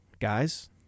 guys